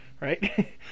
right